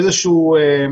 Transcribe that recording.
אוקיי.